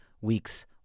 weeks